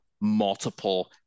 multiple